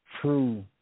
true